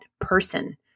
person